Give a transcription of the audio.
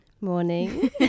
Morning